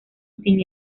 sin